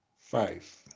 five